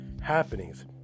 happenings